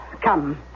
come